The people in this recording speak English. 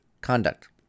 Conduct